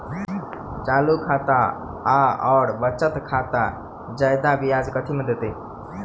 चालू खाता आओर बचत खातामे जियादा ब्याज कथी मे दैत?